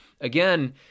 Again